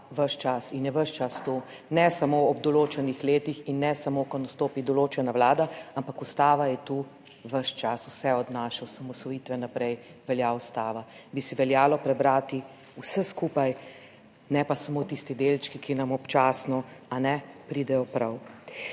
ves čas in je ves čas tu, ne samo ob določenih letih in ne samo, ko nastopi določena vlada, ampak Ustava je tu ves čas, vse od naše osamosvojitve naprej velja Ustava, bi si veljalo prebrati vse skupaj, ne pa samo tisti delčki, ki nam občasno, kajne pridejo prav.